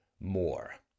more